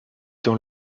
dans